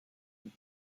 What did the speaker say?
met